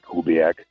Kubiak